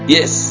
Yes